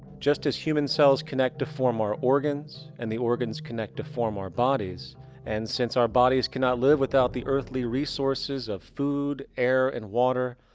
just as human cells connect to form our organs and the organs connect to form our bodies and since our bodies cannot live without the earthy resources of food, air and water,